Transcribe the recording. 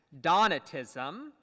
Donatism